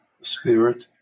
spirit